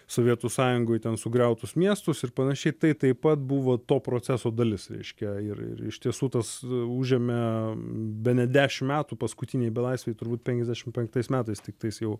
sovietų sąjungoj ten sugriautus miestus ir panašiai tai taip pat buvo to proceso dalis reiškia ir ir ir iš tiesų tas užėmė bene dešim metų paskutiniai belaisviai turbūt penkiasdešim penktais metais tiktais jau